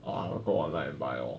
oh I will go online and buy lor